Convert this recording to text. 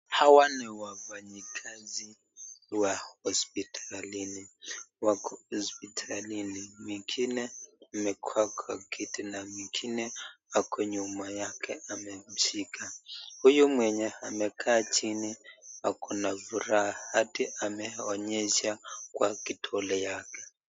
Hawa ni wafanyikazi wa hosiptalini, wako hosiptalini, mwingine amekaa kwa kiti na mwingine ako nyuma yake amemshika. Huyu mwenye amekaa chini ako na furaha hadi ameonyesha kwa kidole yake.